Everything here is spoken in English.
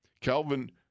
Kelvin